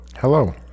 Hello